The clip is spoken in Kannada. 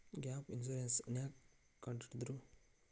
ಗ್ಯಾಪ್ ಇನ್ಸುರೆನ್ಸ್ ನ್ಯಾಕ್ ಕಂಢಿಡ್ದ್ರು?